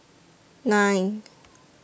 nine